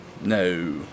No